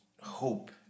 hope